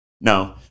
No